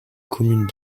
commune